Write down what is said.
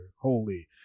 Holy